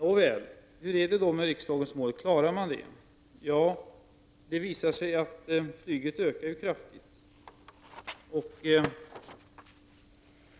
Nåväl, hur är det då med riksdagens mål — klarar vi dem? Det visar sig att flyget ökar kraftigt.